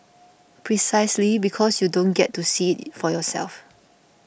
precisely because you don't get to see it for yourself